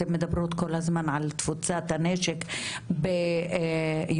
אתן מדברות כל הזמן על תפוצת הנשק יותר בקונטקסט